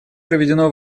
проведено